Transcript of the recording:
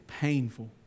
painful